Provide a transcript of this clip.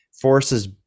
Forces